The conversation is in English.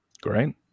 Great